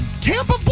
Tampa